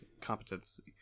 competency